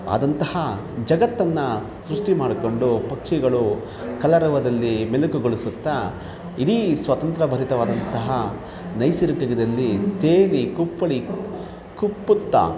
ಆದಂತಹ ಜಗತ್ತನ್ನು ಸೃಷ್ಟಿ ಮಾಡಿಕೊಂಡು ಪಕ್ಷಿಗಳು ಕಲರವದಲ್ಲಿ ಮೆಲುಕುಗೊಳಿಸುತ್ತಾ ಇಡೀ ಸ್ವತಂತ್ರ ಭರಿತವಾದಂತಹ ನೈಸರ್ಗಿಕದಲ್ಲಿ ತೇಲಿ ಕುಪ್ಪಳಿ ಕುಪ್ಪುತ್ತಾ